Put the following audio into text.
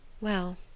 Well